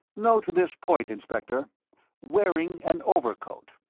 note this point, inspector wearing an overcoat.